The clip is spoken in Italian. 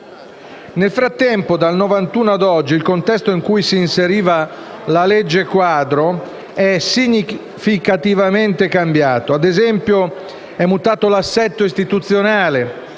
Nel frattempo, dal 1991 a oggi, il contesto in cui si inseriva la legge quadro è significativamente cambiato; ad esempio, è mutato l’assetto istituzionale